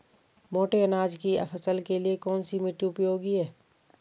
मोटे अनाज की फसल के लिए कौन सी मिट्टी उपयोगी है?